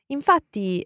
Infatti